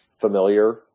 familiar